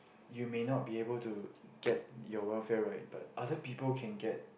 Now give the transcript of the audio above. you may not be able to get your welfare right but other people can get